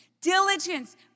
Diligence